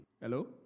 Hello